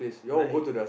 like